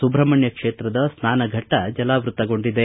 ಸುಬ್ರಹ್ಮಣ್ಯ ಕ್ಷೇತ್ರದ ಸ್ನಾನಘಟ್ಟ ಜಲಾವೃತಗೊಂಡಿದೆ